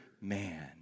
man